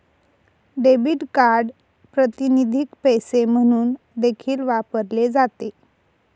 debit card प्रातिनिधिक पैसे म्हणून देखील वापरले जाते